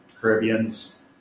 Caribbeans